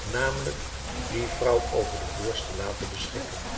namelijk die vrouw over de beurs te laten beschikken